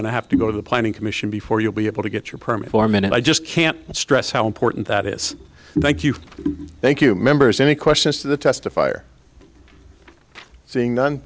to have to go to the planning commission before you'll be able to get your permit for a minute i just can't stress how important that is thank you thank you members any questions to the testifier seeing non